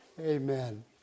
Amen